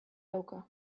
dauka